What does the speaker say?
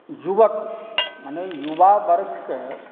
युवक मने युवा वर्गकेँ